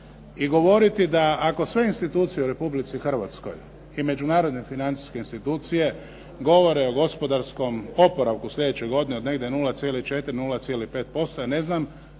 i govoriti da ako sve institucije u Republici Hrvatskoj i međunarodne financijske institucije, govore o gospodarskom oporavku sljedeće godine od negdje 0,4, 0,5% ja ne znam